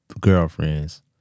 Girlfriends